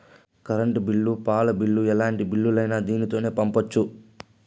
current bill పాల bill ఎలాంటి బిల్లులైనా దీనితోనే పంపొచ్చు